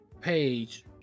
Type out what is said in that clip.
page